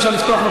אפשר לפתוח,